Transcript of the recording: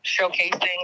showcasing